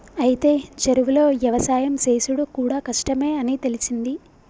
అయితే చెరువులో యవసాయం సేసుడు కూడా కష్టమే అని తెలిసింది